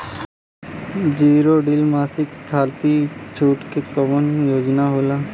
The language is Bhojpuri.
जीरो डील मासिन खाती छूट के कवन योजना होला?